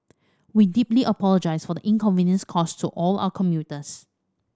we deeply apologise for the inconvenience caused to all our commuters